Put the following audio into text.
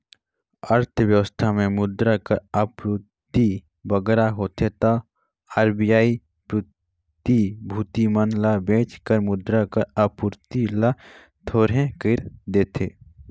अर्थबेवस्था में मुद्रा कर आपूरति बगरा होथे तब आर.बी.आई प्रतिभूति मन ल बेंच कर मुद्रा कर आपूरति ल थोरहें कइर देथे